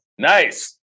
Nice